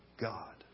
God